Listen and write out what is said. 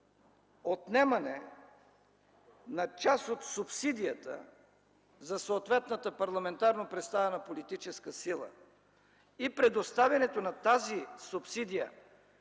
отнемане на част от субсидията за съответната парламентарно представена политическа сила и предоставянето на тази субсидия